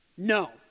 No